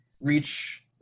reach